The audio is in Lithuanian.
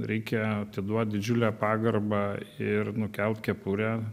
reikia atiduot didžiulę pagarbą ir nukelt kepurę